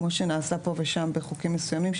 כמו שנעשה פה ושם בחוקים מסוימים,